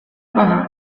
paha